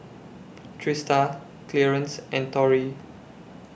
Trista Clearence and Torrie